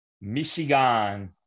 Michigan